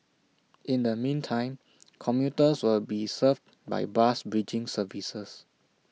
in the meantime commuters will be served by bus bridging services